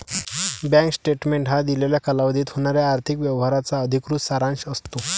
bank statement हा दिलेल्या कालावधीत होणाऱ्या आर्थिक व्यवहारांचा अधिकृत सारांश असतो